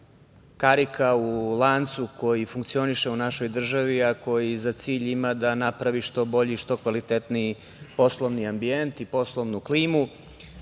karika u lancu koji funkcioniše u našoj državi, a koji za cilj ima da napravi što bolji i što kvalitetniji poslovni ambijent i poslovnu klimu